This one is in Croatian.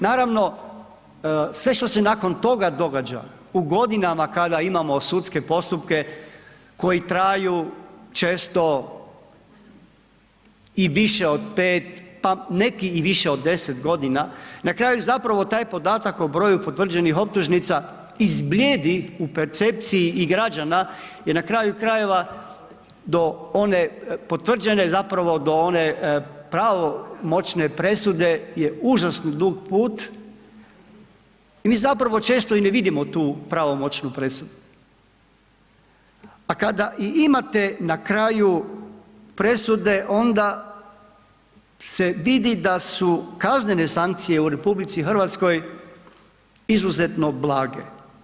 Naravno, sve što se nakon toga događa u godinama kada imamo sudske postupke koji traju često i više od 5, pa neki i više od 10.g., na kraju zapravo taj podatak o broju potvrđenih optužnica izbljedi u percepciji i građana jer na kraju krajeva do one potvrđene zapravo, do one pravomoćne presude je užasno dug put i mi zapravo često i ne vidimo tu pravomoćnu presudu, a kada i imate na kraju presude onda se vidi da su kaznene sankcije u RH izuzetno blage.